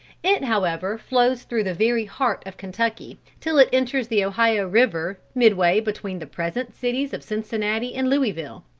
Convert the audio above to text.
it however flows through the very heart of kentucky, till it enters the ohio river, midway between the present cities of cincinnati and louisville.